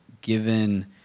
given